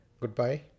goodbye